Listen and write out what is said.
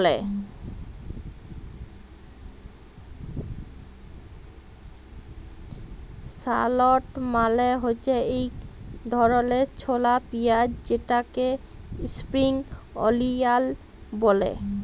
shallot মালে হছে ইক ধরলের ছলা পিয়াঁইজ যেটাকে ইস্প্রিং অলিয়াল ব্যলে